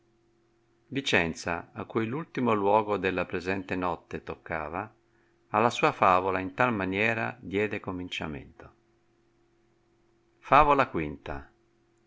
vicenza a cui ultimo luogo della presente notte toccava alla sua favola in tal maniera diede cominciaraento favola